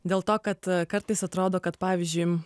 dėl to kad a kartais atrodo kad pavyzdžiui